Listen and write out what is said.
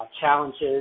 challenges